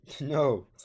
no